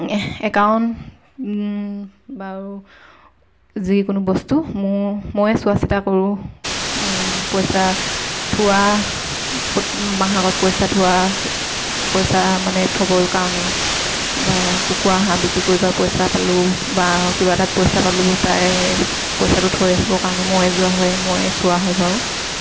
account বা যিকোনো বস্তু ময়ে চোৱা চিতা কৰোঁ পইচা থোৱা মাহকত পইচা থোৱা পইচা মানে থ'বৰ কাৰণে বা কুকুৰা হাঁহ বিক্ৰী কৰিব পইচা পালোঁ বা কিবা এটা পইচা পালোঁ পাই পইচাটো থৈ আহিব কাৰণে ময়ে যোৱা হয় ময়ে চোৱা হয় বাৰু